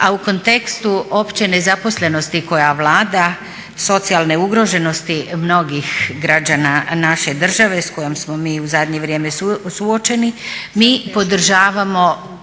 a u kontekstu opće nezaposlenosti koja vlada, socijalne ugroženosti mnogih građana naše države s kojom smo mi u zadnje vrijeme suočeni, mi podržavamo